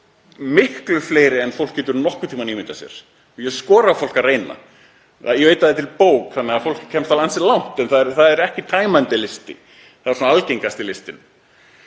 miklu fleiri en fólk getur nokkurn tíma ímyndað sér og ég skora á fólk að reyna. Ég veit að það er til bók þannig að fólk kemst ansi langt en það er ekki tæmandi listi, það er svona algengasti listinn.